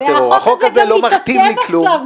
החוק הזה מתעצב עכשיו.